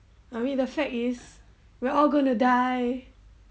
mummy the fact is we're all gonna die